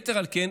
יתר על כן,